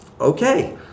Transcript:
okay